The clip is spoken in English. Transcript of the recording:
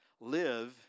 live